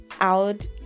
out